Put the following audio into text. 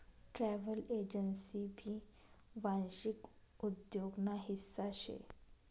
travel agency भी वांशिक उद्योग ना हिस्सा शे